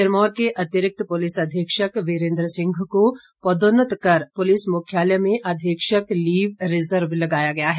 सिरमौर के अतिरिक्त पुलिस अधीक्षक वीरेंद्र सिंह को पदोन्नत कर पुलिस मुख्यालय में अधीक्षक लीव रिर्जव लगाया गया है